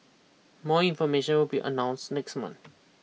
more information will be announce next month